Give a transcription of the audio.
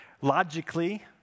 Logically